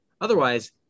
Otherwise